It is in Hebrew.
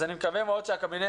אז אני מקווה מאוד שהקבינט